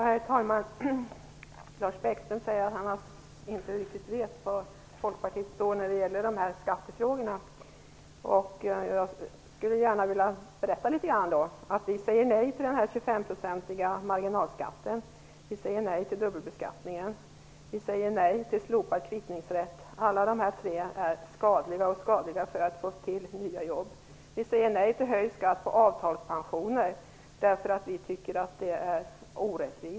Herr talman! Lars Bäckström säger att han inte riktigt vet var Folkpartiet står när det gäller skattefrågorna. Därför skulle jag gärna vilja berätta litet om detta. Vi säger nej till den 25-procentiga marginalskatten. Vi säger nej till dubbelbeskattningen. Vi säger nej till en slopad kvittningsrätt. Allt detta är skadligt; det gör det svårare att skapa nya jobb. Vi säger nej till en höjd skatt på avtalspensioner, eftersom vi tycker att det är orättvist.